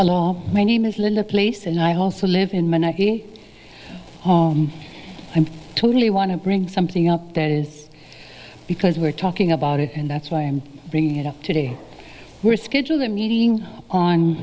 all my name is linda place and i also live in monarchy i totally want to bring something up that is because we're talking about it and that's why i'm bringing it up today we're scheduled a meeting on